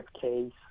case